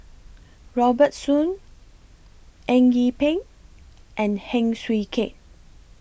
Robert Soon Eng Yee Peng and Heng Swee Keat